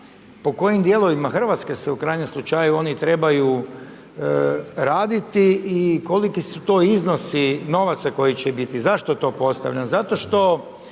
po kojim dijelovima Hrvatske se u krajnjem slučaju oni trebaju raditi i koliki su to iznosi novaca koji će biti. Zašto to postavljam? Zato što